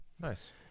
Nice